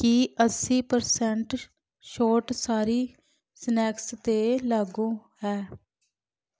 ਕੀ ਅੱਸੀ ਪਰਸੈਂਟ ਛੋਟ ਸਾਰੀ ਸਨੈਕਸ 'ਤੇ ਲਾਗੂ ਹੈ